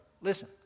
Listen